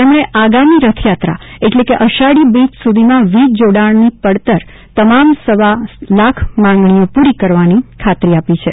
તેમણે આગામી રથયાત્રા એટલે કે અષાઢી બીજ સુધીમાં વીજ જોડાણની પડતર તમામ સવા લાખ માંગણીઓ પૂરી કરવાની ખાતરી આપી છે